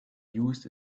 used